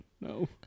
No